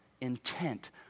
intent